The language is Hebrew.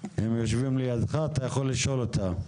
הם יושבים לידך ואתה יכול לשאול אותם.